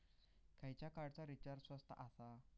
खयच्या कार्डचा रिचार्ज स्वस्त आसा?